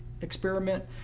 experiment